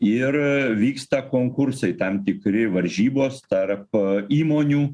ir vyksta konkursai tam tikri varžybos tarp įmonių